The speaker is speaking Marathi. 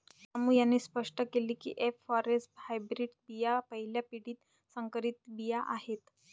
रामू यांनी स्पष्ट केले की एफ फॉरेस्ट हायब्रीड बिया पहिल्या पिढीतील संकरित बिया आहेत